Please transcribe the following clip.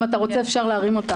אם אתה רוצה אפשר להרים אותה.